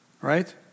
right